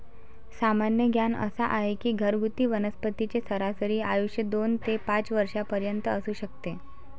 सामान्य ज्ञान असा आहे की घरगुती वनस्पतींचे सरासरी आयुष्य दोन ते पाच वर्षांपर्यंत असू शकते